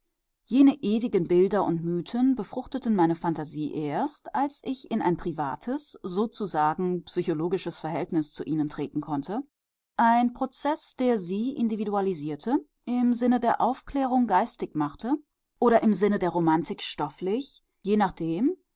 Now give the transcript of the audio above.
jene ewigen bilder und mythen befruchteten meine phantasie erst als ich in ein privates sozusagen psychologisches verhältnis zu ihnen treten konnte ein prozeß der sie individualisierte im sinne der aufklärung geistig machte oder im sinne der romantik stofflich je nachdem